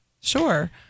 sure